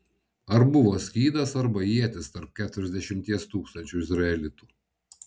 ar buvo skydas arba ietis tarp keturiasdešimties tūkstančių izraelitų